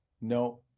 no